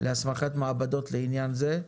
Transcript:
להסמכת מעבדות לעניין זה.